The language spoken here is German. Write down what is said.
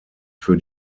für